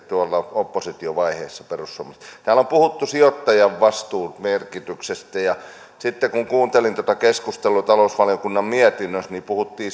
tuolla opposiotiovaiheessa perussuomalaisten täällä on puhuttu sijoittajan vastuun merkityksestä ja sitten kuuntelin tätä keskustelua talousvaliokunnan mietinnöstä kun puhuttiin